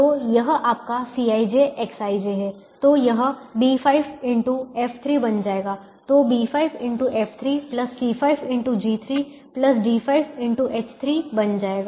तो यह आपका Cij Xij है तो यह B5xF3 बन जाएगा तो B5 x F3C5xG3D5xH3 बन जाएगा